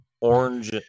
orange